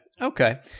Okay